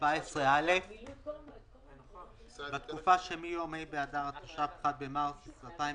שעה 17א. בתקופה שמיום ה' באדר התש"ף (1 במרס 2020)